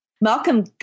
Malcolm